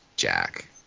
Jack